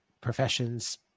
professions